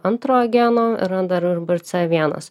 antro geno yra dar ir brc vienas